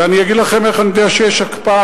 ואני אגיד לכם איך אני יודע שיש הקפאה,